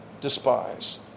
despise